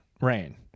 rain